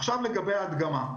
לגבי ההדגמה.